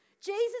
Jesus